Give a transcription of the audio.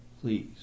please